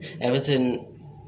Everton